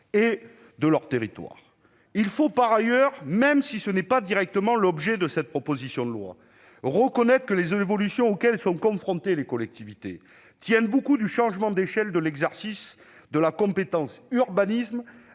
de leur territoire. Il faut par ailleurs, même si ce n'est pas directement l'objet de cette proposition de loi, reconnaître que les évolutions auxquelles sont confrontées les collectivités tiennent beaucoup au changement d'échelle de l'exercice de la compétence « urbanisme